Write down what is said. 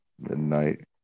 Midnight